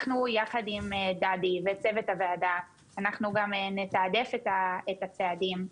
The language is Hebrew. אנחנו יחד עם דדי וצוות הוועדה, נתעדף את הצעדים,